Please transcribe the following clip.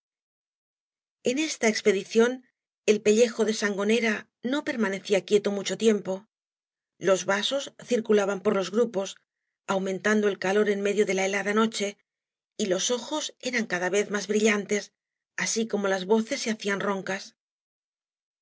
en esta expedición el pellejo de sangonera no gañas y bauro permanecía quieto mucho tiempo loa vasos cír culabaa por ios grupos aumentando el calor en medio de la helada ni ohe y ios ojos eran cada tez más brillantes asi como las voces se hacían roncas